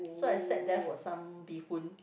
so I sat there for some bee hoon